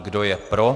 Kdo je pro?